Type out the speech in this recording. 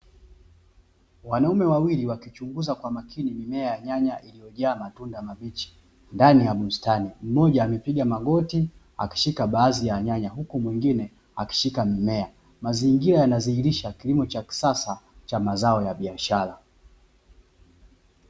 Wanaume wawili, wakichunguza kwa umakini mimea ya nyanya iliyojaa matunda mabichi iliyoanza kukomaa ndani ya bustani; mmoja amepiga magoti akishika baadhi ya nyanya, huku mwingine akishika mimea. Mazingira yanadhihirisha kilimo cha kisasa cha mazao ya biashara.